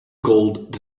gold